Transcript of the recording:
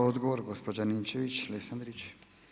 Odgovor gospođa Ninčević-Lesandrić.